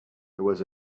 was